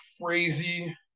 crazy